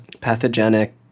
pathogenic